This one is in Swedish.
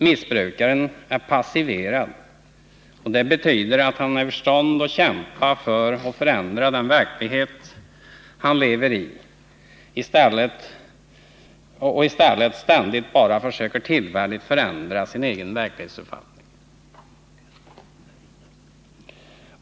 Missbrukaren är passiverad, vilket betyder att han är ur stånd att kämpa för att förändra den verklighet han lever i och i stället ständigt bara försöker tillfälligt förändra sin egen verklighetsuppfattning.